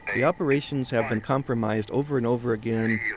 the operations have been compromised over and over again,